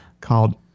called